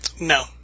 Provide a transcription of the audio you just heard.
No